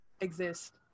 exist